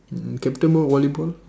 captain ball volleyball